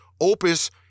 opus